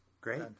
Great